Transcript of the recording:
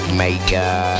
maker